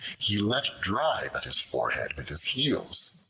he let drive at his forehead with his heels.